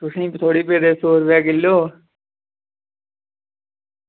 तुसें थुआढ़े सौ रपेआ किलो